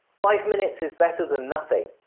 five minutes is better than nothing.